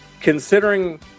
considering